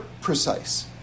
precise